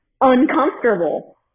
uncomfortable